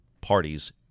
parties